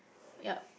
ya